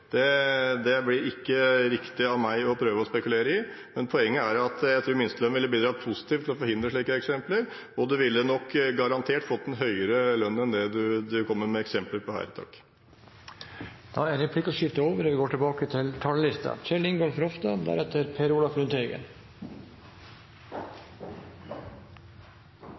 Det blir det ikke riktig av meg å prøve å spekulere i. Men poenget er at jeg tror minstelønn ville bidratt positivt til å forhindre slike eksempler, og man ville nok garantert fått en høyere lønn enn det representanten kom med et eksempel på her. Replikkordskiftet er over. Det er en veldig viktig sak som vi